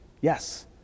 Yes